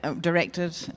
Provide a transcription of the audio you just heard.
directed